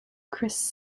chris